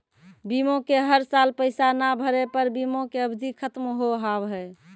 बीमा के हर साल पैसा ना भरे पर बीमा के अवधि खत्म हो हाव हाय?